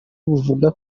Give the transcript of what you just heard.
buvuga